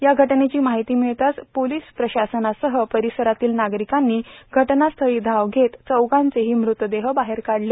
या घटनेची माहिती मिळताच पोलीस प्रशासनासह परिसरातील नागरिकांनी घटनास्थळी धाव घेत चौघांचेही मृतदेह बाहेर काढले